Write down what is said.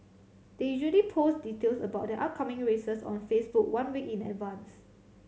they usually post details about their upcoming races on Facebook one week in advance